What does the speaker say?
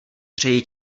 přeji